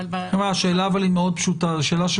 התודעה שהשידור הוא